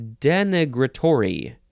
denigratory